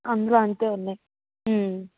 అందులో అంతే ఉన్నాయి